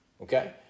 Okay